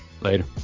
Later